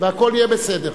והכול יהיה בסדר.